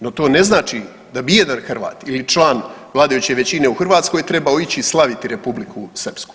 No to ne znači da bi jedan Hrvat ili član vladajuće većine u Hrvatskoj trebao ići slaviti Republiku Srpsku.